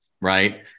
right